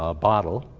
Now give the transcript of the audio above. ah bottle.